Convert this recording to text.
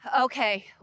Okay